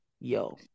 Yo